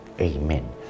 Amen